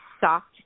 soft